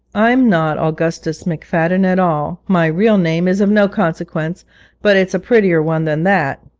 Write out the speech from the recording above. i'm not augustus mcfadden at all. my real name is of no consequence but it's a prettier one than that.